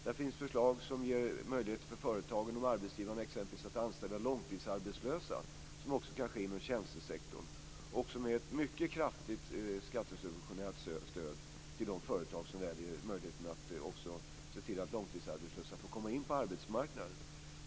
Där finns förslag som exempelvis ger möjligheter för företagen och arbetsgivarna att anställa långtidsarbetslösa, vilket också kan ske inom tjänstesektorn. Det är ett mycket kraftigt skattesubventionerat stöd till de företag som väljer möjligheten att se till att långtidsarbetslösa får komma in på arbetsmarknaden.